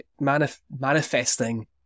manifesting